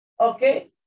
Okay